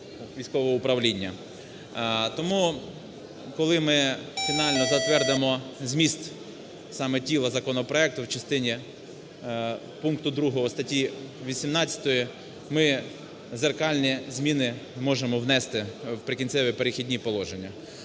Тому, коли ми фінально затвердимо зміст саме тіла законопроекту, в частині… пункту 2 статті 18 ми дзеркальні зміни можемо внести в "Прикінцеві і перехідні положення".